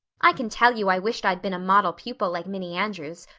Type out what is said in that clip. i can tell you i wished i'd been a model pupil like minnie andrews.